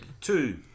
two